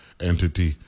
entity